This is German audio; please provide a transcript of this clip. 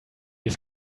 ist